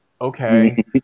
okay